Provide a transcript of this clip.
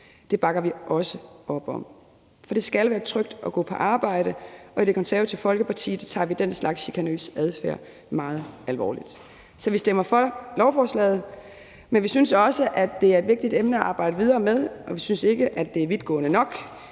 Det bakker vi også op om, for det skal være trygt at gå på arbejde, og i Det Konservative Folkeparti tager vi den slags chikanøs adfærd meget alvorligt. Så vi stemmer for lovforslaget, men vi synes også, det er et vigtigt emne at arbejde videre med, og vi synes ikke, at det er vidtgående nok.